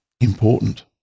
important